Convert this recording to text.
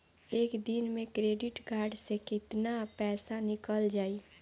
एक दिन मे क्रेडिट कार्ड से कितना पैसा निकल जाई?